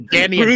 Danny